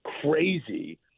crazy